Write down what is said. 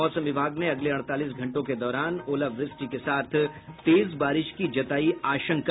मौसम विभाग ने अगले अड़तालीस घंटों के दौरान ओलवृष्टि के साथ तेज बारिश की जतायी आशंका